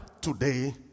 today